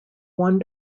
one